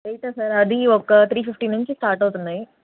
ఎయిటా sir అది ఒక three fifty నుంచి స్టార్ట్ అవుతున్నాయి